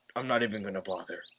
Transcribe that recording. i'm not even gonna bother.